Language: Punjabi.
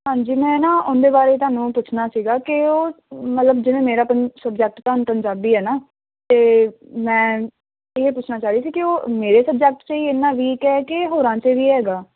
ਹਾਂਜੀ ਮੈਂ ਨਾ ਉਹਦੇ ਬਾਰੇ ਤੁਹਾਨੂੰ ਪੁੱਛਣਾ ਸੀਗਾ ਕਿ ਉਹ ਮਤਲਬ ਜਿਵੇਂ ਮੇਰਾ ਸਬਜੈਕਟ ਤੁਹਾਨੂੰ ਪੰਜਾਬੀ ਹੈ ਨਾ ਅਤੇ ਮੈਂ ਇਹ ਪੁੱਛਣਾ ਚਾਹ ਰਹੀ ਸੀ ਕਿ ਉਹ ਮੇਰੇ ਸਬਜੈਕਟ 'ਚੋਂ ਹੀ ਵੀਕ ਹੈ ਕਿ ਹੋਰਾਂ 'ਚ ਵੀ ਹੈਗਾ